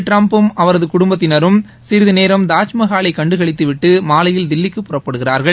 ட்ரம்பும் அவரது குடும்பத்தினரும் சிறிது நேரம் தாஜ்மஹாலை கண்டுகளித்துவிட்டு மாலையில் தில்லிக்கு புறப்படுகிறார்கள்